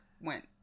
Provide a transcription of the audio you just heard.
went